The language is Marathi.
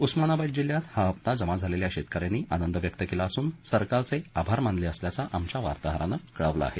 उस्मानाबाद जिल्ह्यात हा हप्ता जमा झालेल्या शेतकऱ्यांनी आनंद व्यक्त केला असून सरकारचे आभार मानले असल्याचं आमच्या वार्ताहरानं कळवलं आहे